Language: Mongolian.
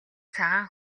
цагаан